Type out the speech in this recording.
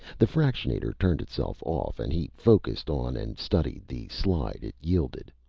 the fractionator turned itself off and he focused on and studied the slide it yielded.